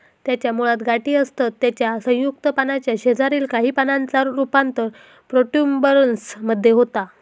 त्याच्या मुळात गाठी असतत त्याच्या संयुक्त पानाच्या शेजारील काही पानांचा रूपांतर प्रोट्युबरन्स मध्ये होता